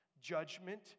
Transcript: judgment